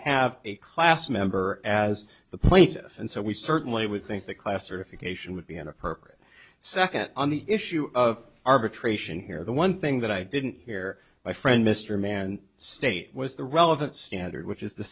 have a class member as the plaintiff and so we certainly would think that classification would be an appropriate second on the issue of arbitration here the one thing that i didn't hear my friend mr mann state was the relevant standard which is the